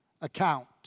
account